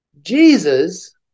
Jesus